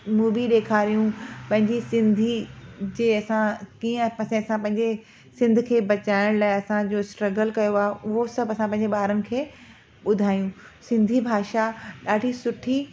movie ॾेखारियूं पइजी सिंधी जे असां कीअं असां पंहिंजे सिंध खे बचाइण लाइ असांजो स्ट्र्गल कयो आहे उहो सभु असां पंहिंजनि ॿारनि खे ॿुधायूं सिंधी भाषा ॾाढी सुठी ऐं